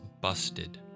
busted